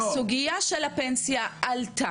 הסוגייה של הפנסיה עלתה,